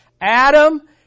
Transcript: Adam